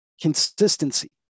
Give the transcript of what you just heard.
Consistency